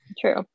True